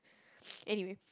anyway